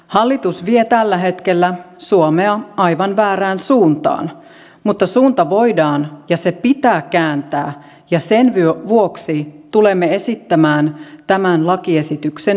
hallitus vie tällä hetkellä suomea aivan väärään suuntaan mutta suunta voidaan ja se pitää kääntää ja sen vuoksi tulemme esittämään tämän lakiesityksen hylkäämistä